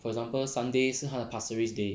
for example sunday 是他的 pasir ris day